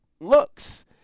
looks